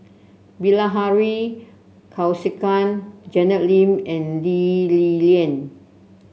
Bilahari Kausikan Janet Lim and Lee Li Lian